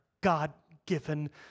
God-given